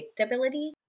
predictability